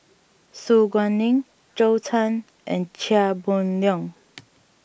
Su Guaning Zhou Can and Chia Boon Leong